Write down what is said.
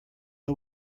one